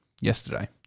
yesterday